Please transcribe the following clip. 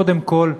קודם כול,